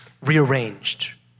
rearranged